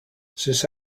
since